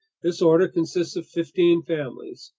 this order consists of fifteen families,